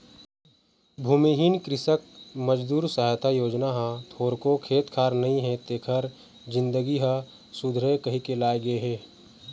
भूमिहीन कृसक मजदूर सहायता योजना ह थोरको खेत खार नइ हे तेखर जिनगी ह सुधरय कहिके लाए गे हे